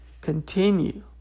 continue